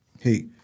hey